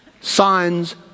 Signs